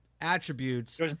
attributes